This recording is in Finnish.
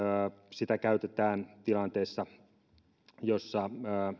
sitä käytetään tilanteessa jossa